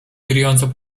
wirujące